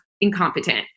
incompetent